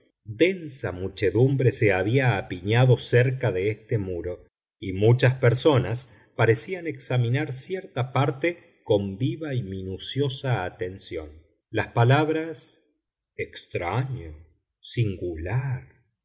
densa muchedumbre se había apiñado cerca de este muro y muchas personas parecían examinar cierta parte con viva y minuciosa atención las palabras extraño singular